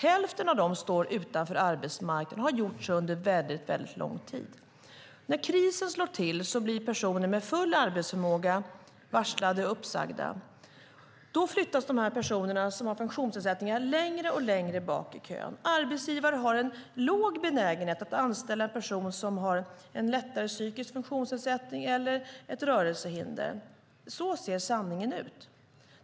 Hälften av dem står utanför arbetsmarknaden och har gjort så under väldigt lång tid. När krisen slår till blir personer med full arbetsförmåga varslade och uppsagda. Då flyttas de personer som har funktionsnedsättningar längre och längre bak i kön. Arbetsgivare har en låg benägenhet att anställa en person som har en lättare psykisk funktionsnedsättning eller ett rörelsehinder. Så ser sanningen ut.